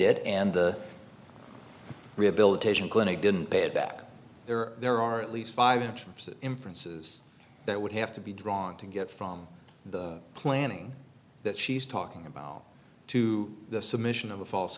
it and the rehabilitation clinic didn't pay it back there there are at least five inches of inferences that would have to be drawn to get from the planning that she's talking about to the submission of a false